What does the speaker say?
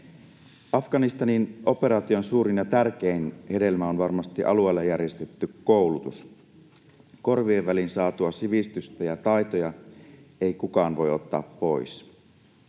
Afganistanin operaation suurin ja tärkein hedelmä on varmasti alueella järjestetty koulutus. Korvien väliin saatua sivistystä ja taitoja ei kukaan voi ottaa pois.